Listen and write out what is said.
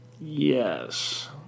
Yes